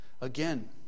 Again